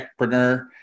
techpreneur